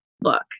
look